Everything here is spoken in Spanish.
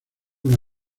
una